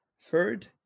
Third